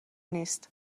نیست